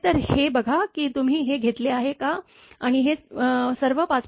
तर हे बघा की तुम्ही हे घेतले आहे का आणि हे सर्व ५